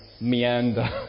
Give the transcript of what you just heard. meander